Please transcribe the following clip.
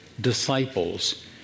disciples